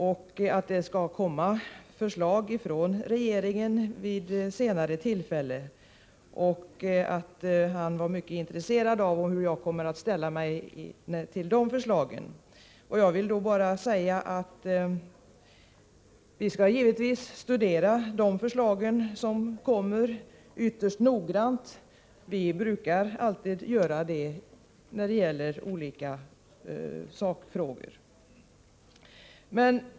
Han sade att det skall komma förslag från regeringen vid senare tillfälle och att han var mycket intresserad av hur jag kommer att ställa mig till de förslagen. Jag vill då bara säga att vi givetvis skall studera de förslag som kommer ytterst noggrant. Det gör vi alltid när det gäller olika sakfrågor.